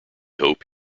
hope